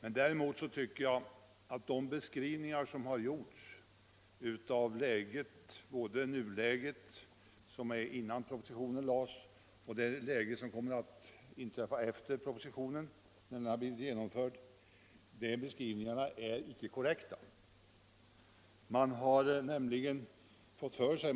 Inte heller är de beskrivningar korrekta som gjorts av nuläget och av det läge som kommer att uppstå sedan förslaget genomförts.